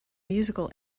musical